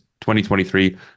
2023